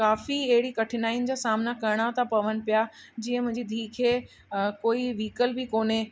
काफ़ी अहिड़ी कठिनायुनि जा सामना करिणा था पवनि पिया जीअं मुंहिंजी धीउ खे कोई वीकल बि कोन्हे